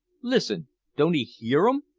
listen don't ee hear em?